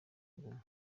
guma